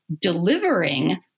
delivering